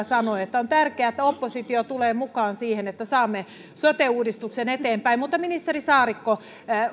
sanoi että on tärkeää että oppositio tulee mukaan siihen että saamme sote uudistuksen eteenpäin mutta ministeri saarikko